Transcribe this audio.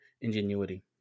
ingenuity